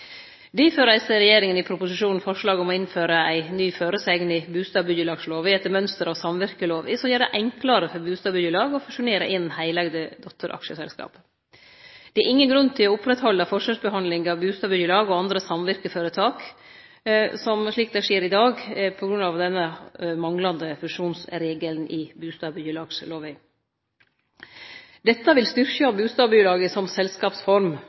Difor reiser regjeringa i proposisjonen forslag om å innføre ei ny føresegn i bustadbyggjelagslova, etter mønster av samvirkelova, som gjer det enklare for bustadbyggjelaga å fusjonere inn heileigde dotteraksjeselskap. Det er ingen grunn til å oppretthalde den forskjellsbehandlinga av bustadbyggjelag og andre samvirkeføretak som skjer i dag på grunn av denne manglande fusjonsregelen i bustadbyggjelagslova. Dette vil styrkje bustadbyggjelaga som selskapsform.